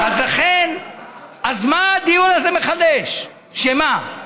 אז מה הדיון הזה מחדש, מה?